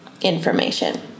information